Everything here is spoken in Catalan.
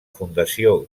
fundació